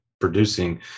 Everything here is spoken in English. producing